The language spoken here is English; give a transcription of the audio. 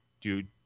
dude